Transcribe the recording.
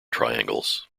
triangles